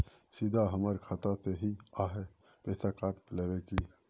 सीधा हमर खाता से ही आहाँ पैसा काट लेबे की?